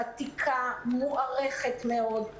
ותיקה ומוערכת מאוד,